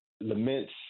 laments